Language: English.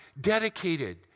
dedicated